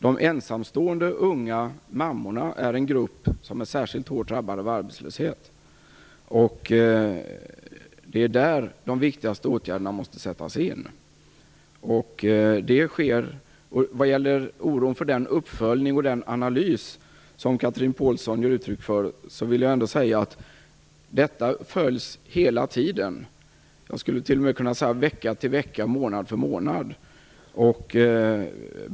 De ensamstående unga mammorna är en grupp som är särskilt hårt drabbad av arbetslöshet, och det är där som de viktigaste åtgärderna måste sättas in. Vad gäller den oro för uppföljning och analys som Chatrine Pålsson ger uttryck för vill jag säga att detta följs hela tiden, jag skulle t.o.m. kunna säga vecka för vecka och månad för månad.